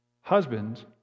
Husbands